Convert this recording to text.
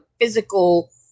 physical